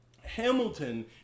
Hamilton